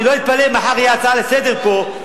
אני לא אתפלא אם מחר תהיה הצעה לסדר-היום פה,